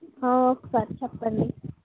ఒకసారి చెప్పండి